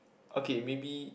okay maybe